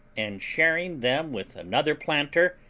and sharing them with another planter,